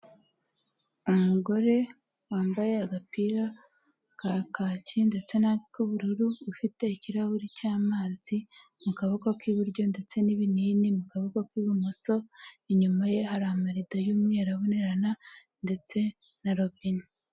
Umugore wambaye agapira ka kaki ndetse n'ak'ubururu ufite ikirahuri cy'amazi mu kaboko k'iburyo ndetse n'ibinini mu kaboko k'ibumoso, inyuma ye hari amarido y'umweru abonerana ndetse na robine.